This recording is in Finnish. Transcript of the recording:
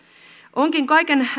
onkin kaiken